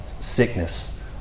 Sickness